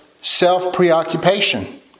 self-preoccupation